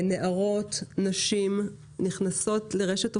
נערות, נשים, נכנסות לרשת אופנה,